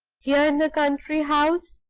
here in the country house,